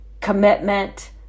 commitment